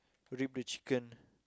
rip the chicken